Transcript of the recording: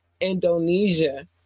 indonesia